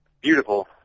beautiful